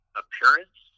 appearance